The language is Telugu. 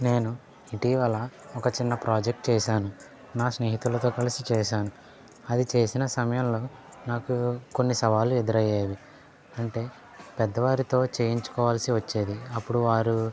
నేను ఇటీవల ఒక చిన్న ప్రాజెక్టు చేశాను నా స్నేహితులతో కలిసి చేశాను అది చేసిన సమయంలో నాకు కొన్ని సవాళ్ళు ఎదురయ్యేవి అంటే పెద్దవారితో చేయించుకోవాల్సి వచ్చేది అప్పుడు వారు